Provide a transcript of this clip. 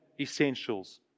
essentials